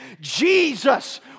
Jesus